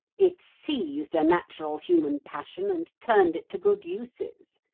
it seized a natural human passion and turned it to good uses.